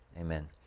Amen